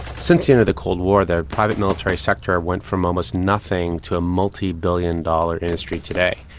since the end of the cold war the private military sector went from almost nothing to a multi billion dollar industry today,